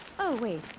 oh wait.